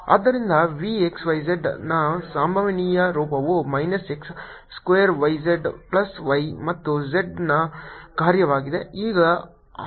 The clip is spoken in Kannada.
∂V∂xFx 2xyz Vxyz x2yzf ಆದ್ದರಿಂದ V x y z ನ ಸಂಭವನೀಯ ರೂಪವು minus x square y z plus y ಮತ್ತು z ನ ಕಾರ್ಯವಾಗಿದೆ